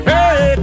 Hey